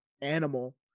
animal